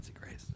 Grace